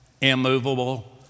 immovable